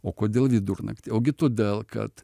o kodėl vidurnaktį ogi todėl kad